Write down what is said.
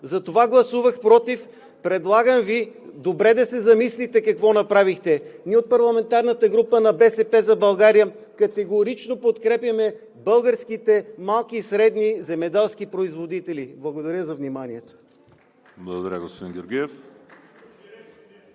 затова гласувах против. Предлагам Ви добре да се замислите какво направихте. Ние от парламентарната група на „БСП за България“ категорично подкрепяме българските малки и средни земеделски производители. Благодаря за вниманието. (Частични